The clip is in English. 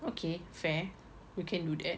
okay fair we can do that